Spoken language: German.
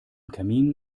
kamin